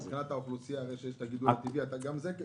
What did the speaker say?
מבחינת הגידול הטבעי באוכלוסייה גם זה?